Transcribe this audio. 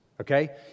okay